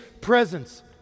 presence